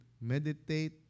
meditate